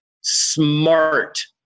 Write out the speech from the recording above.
smart